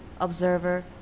observer